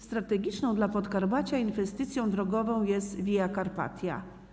Strategiczną dla Podkarpacia inwestycją drogową jest Via Carpatia.